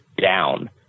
down